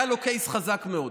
היה לו קייס חזק מאוד.